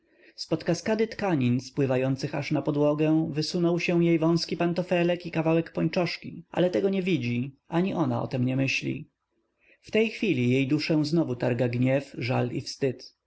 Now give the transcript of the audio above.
zpod kaskady tkanin spływających aż na podłogę wysunął się jej wąski pantofelek i kawałek pończoszki ale tego nikt nie widzi ani ona o tem nie myśli w tej chwili jej duszę znowu targa gniew żal i wstyd